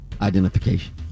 identification